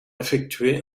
effectué